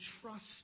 trust